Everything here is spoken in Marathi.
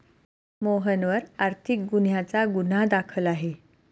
मोहनवर आर्थिक गुन्ह्याचा गुन्हा दाखल आहे